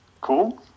Cool